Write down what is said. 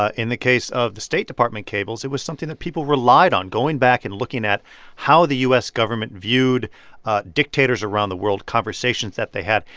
ah in the case of the state department cables, it was something that people relied on, going back and looking at how the u s. government viewed dictators around the world, conversations that they had.